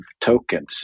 tokens